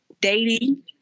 dating